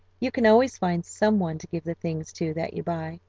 you can always find some one to give the things to that you buy.